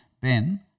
Ben